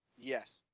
Yes